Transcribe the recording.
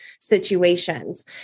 situations